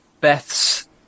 Beth's